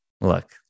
look